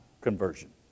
conversion